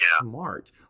smart